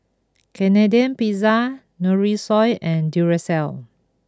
Canadian Pizza Nutrisoy and Duracell